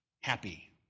Happy